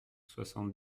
soixante